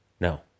no